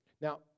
Now